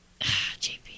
JP